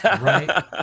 Right